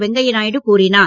வெங்கய்யா நாயுடு கூறினார்